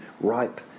ripe